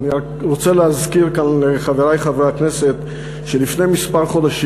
אני רק רוצה להזכיר כאן לחברי חברי הכנסת שלפני חודשים מספר,